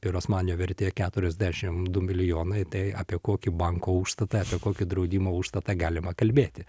pirosmanio vertė keturiasdešim du milijonai tai apie kokį banko užstatą apie kokį draudimo užstatą galima kalbėti